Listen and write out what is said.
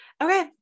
Okay